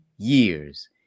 years